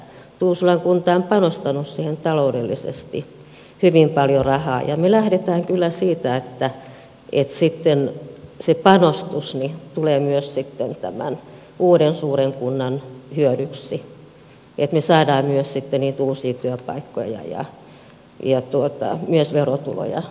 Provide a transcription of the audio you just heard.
tuusulan kunta on panostanut siihen taloudellisesti hyvin paljon rahaa ja me lähdemme kyllä siitä että se panostus tulee tämän uuden suuren kunnan hyödyksi että me saamme sitten myös niitä uusia työpaikkoja ja myös verotuloja sen kautta kunnille